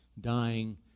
dying